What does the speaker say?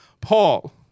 Paul